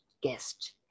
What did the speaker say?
guest